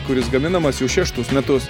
kuris gaminamas jau šeštus metus